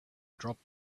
dropped